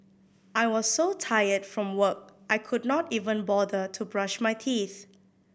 I was so tired from work I could not even bother to brush my teeth